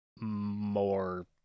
more